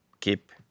keep